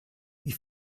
wie